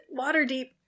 Waterdeep